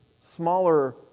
smaller